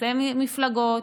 חוצה מפלגות,